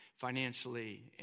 financially